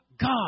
God